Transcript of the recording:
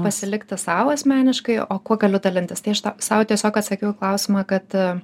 pasilikti sau asmeniškai o kuo galiu dalintis tai aš tą sau tiesiog atsakiau į klausimą kad